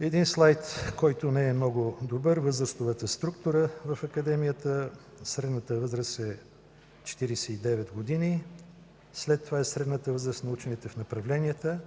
Един слайд, който не е много добър – възрастовата структура в Академията. Средната възраст е 49 години, след това е средната възраст на учените в направленията,